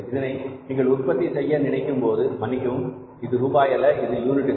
இதனை நீங்கள் உற்பத்தி செய்ய நினைக்கும் போது மன்னிக்கவும் இது ரூபாய் அல்ல இது யூனிட்டுகள்